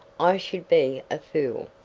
i should be a fool.